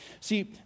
See